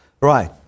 right